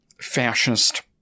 fascist